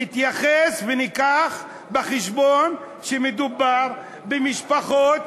נתייחס ונביא בחשבון שמדובר במשפחות